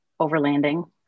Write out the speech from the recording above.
overlanding